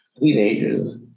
teenagers